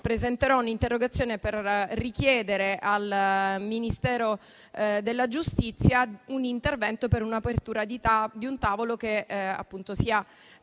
presenterò un'interrogazione per richiedere al Ministero della giustizia un intervento per l'apertura di un tavolo che sia